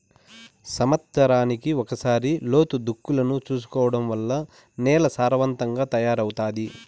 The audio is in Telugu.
సమత్సరానికి ఒకసారి లోతు దుక్కులను చేసుకోవడం వల్ల నేల సారవంతంగా తయారవుతాది